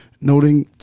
Noting